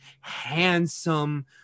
handsome